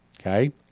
okay